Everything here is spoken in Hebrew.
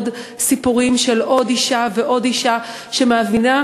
סיפורים של עוד אישה ועוד אישה שישבה בפאב,